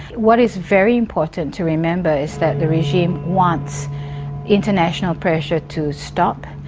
what is very important to remember is that the regime wants international pressure to stop,